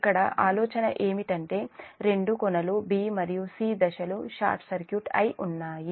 ఇక్కడ ఆలోచన ఏంటంటే రెండు కొనలు b మరియు c దశలు షార్ట్ సర్క్యూట్ అయి ఉన్నాయి